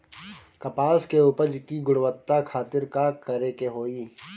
कपास के उपज की गुणवत्ता खातिर का करेके होई?